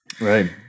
Right